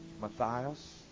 Matthias